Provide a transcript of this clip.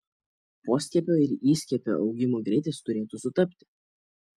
poskiepio ir įskiepio augimo greitis turėtų sutapti